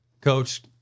Coach